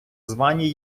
звані